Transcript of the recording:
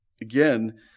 Again